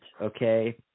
Okay